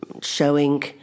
showing